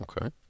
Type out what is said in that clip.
Okay